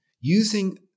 using